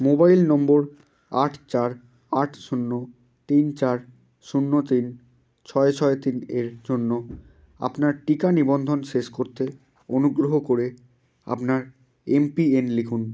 mobile নম্বর আট চার আট শূন্য তিন চার শূন্য তিন ছয় ছয় তিন এর জন্য আপনার টিকা নিবন্ধন শেষ করতে অনুগ্রহ করে আপনার এম পিন লিখুন